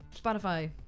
spotify